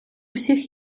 всіх